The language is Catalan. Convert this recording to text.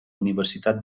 universitat